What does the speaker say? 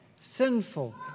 sinful